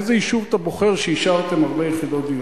איזה יישוב אתה בוחר שאישרתם בו הרבה יחידות דיור?